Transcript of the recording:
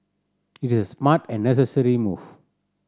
it is a smart and necessary move